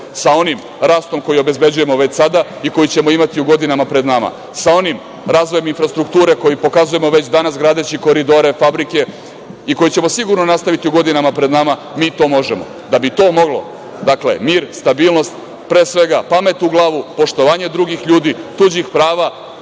sa onim rastom koji obezbeđujemo već sada i koji ćemo imati u godinama pred nama. Sa onim razvojem infrastrukture koji pokazujemo već danas gradeći koridore, fabrike i koji ćemo sigurno nastaviti u godinama pred nama, mi to možemo. Da bi to moglo, dakle, mir, stabilnost, pre svega pamet u glavu, poštovanje drugih ljudi, tuđih prava